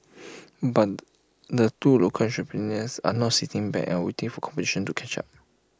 but the two local entrepreneurs are not sitting back and waiting for competition to catch up